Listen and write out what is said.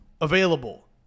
available